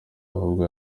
ahubwo